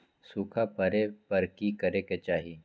सूखा पड़े पर की करे के चाहि